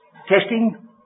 testing